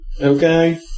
Okay